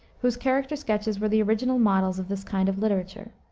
whose character-sketches were the original models of this kind of literature.